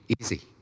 easy